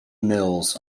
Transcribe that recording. mills